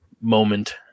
moment